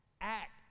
act